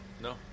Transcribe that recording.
no